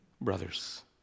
brothers